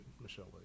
Michelle